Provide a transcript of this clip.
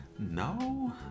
No